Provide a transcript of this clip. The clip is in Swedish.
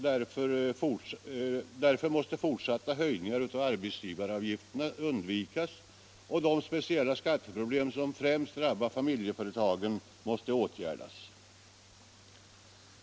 Därför måste fortsatta höjningar av arbetsgivaravgifterna undvikas, och de speciella skatteproblem som främst drabbar familjeföretagen måste åtgärdas.